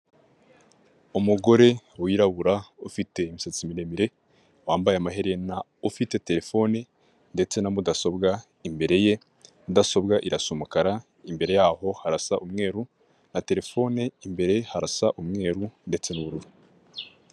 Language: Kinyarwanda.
Umugore wirabura ufite imisatsi miremire wambaye amaherena ufite telefone ndetse na mudasobwa imbere ya mudasobwa irasa umukara, imbere yaho harasa umweru na terefone imbere harasa umweru ndetse n'ubururu.